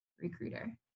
recruiter